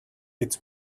it’s